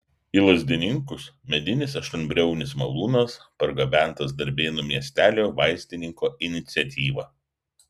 į lazdininkus medinis aštuonbriaunis malūnas pargabentas darbėnų miestelio vaistininko iniciatyva